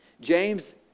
James